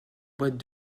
boîtes